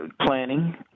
planning